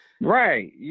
right